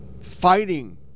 fighting